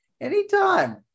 anytime